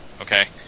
Okay